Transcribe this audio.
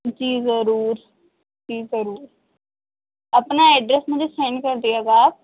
جی ضرور جی ضرور اپنا ایڈریس مجھے سینڈ کر دیجیے گا آپ